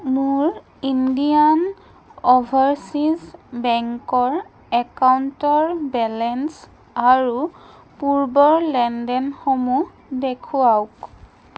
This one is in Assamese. মোৰ ইণ্ডিয়ান অ'ভাৰচীজ বেংকৰ একাউণ্টৰ বেলেঞ্চ আৰু পূৰ্বৰ লেনদেনসমূহ দেখুৱাওক